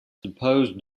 disposed